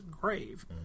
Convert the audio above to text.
grave